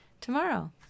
tomorrow